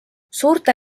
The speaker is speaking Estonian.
suurte